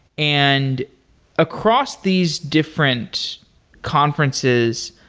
and across these different conferences,